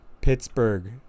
Pittsburgh